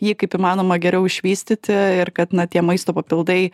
jį kaip įmanoma geriau išvystyti ir kad na tie maisto papildai